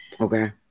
okay